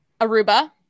Aruba